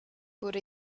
wurde